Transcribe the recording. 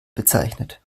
bezeichnet